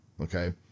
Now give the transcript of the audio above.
okay